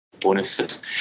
bonuses